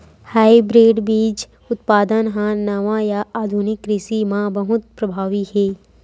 hybrid बीज उत्पादन हा नवा या आधुनिक कृषि मा बहुत प्रभावी हे